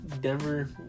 Denver